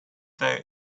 they